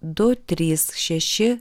du trys šeši